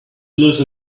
live